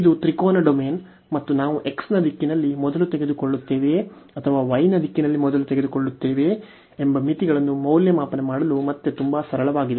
ಇದು ತ್ರಿಕೋನ ಡೊಮೇನ್ ಮತ್ತು ನಾವು x ನ ದಿಕ್ಕಿನಲ್ಲಿ ಮೊದಲು ತೆಗೆದುಕೊಳ್ಳುತ್ತೇವೆಯೇ ಅಥವಾ y ನ ದಿಕ್ಕಿನಲ್ಲಿ ಮೊದಲು ತೆಗೆದುಕೊಳ್ಳುತ್ತೇವೆಯೇ ಎಂಬ ಮಿತಿಗಳನ್ನು ಮೌಲ್ಯಮಾಪನ ಮಾಡಲು ಮತ್ತೆ ತುಂಬಾ ಸರಳವಾಗಿದೆ